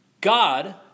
God